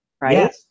right